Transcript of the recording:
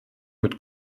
mit